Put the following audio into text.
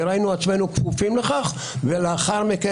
ראינו עצמנו כפופים לכך ולאחר מכן,